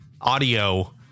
audio